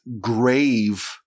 grave